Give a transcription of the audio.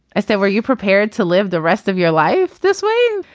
i said were you prepared to live the rest of your life this way